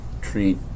treat